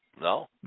No